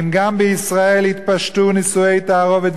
אם גם בישראל יתפשטו נישואי תערובת,